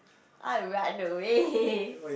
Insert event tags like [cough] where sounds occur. alright no way [laughs]